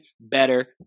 better